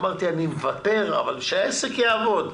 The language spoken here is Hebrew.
אמרתי שאני מוותר אבל שהעסק יעבוד.